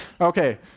Okay